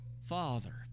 Father